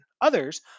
Others